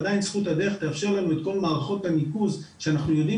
עדיין זכות הדרך תאפשר לנו את כל מערכות הניקוז שאנחנו יודעים